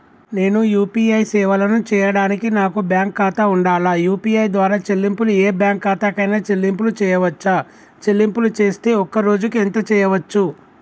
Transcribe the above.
నేను యూ.పీ.ఐ సేవలను చేయడానికి నాకు బ్యాంక్ ఖాతా ఉండాలా? యూ.పీ.ఐ ద్వారా చెల్లింపులు ఏ బ్యాంక్ ఖాతా కైనా చెల్లింపులు చేయవచ్చా? చెల్లింపులు చేస్తే ఒక్క రోజుకు ఎంత చేయవచ్చు?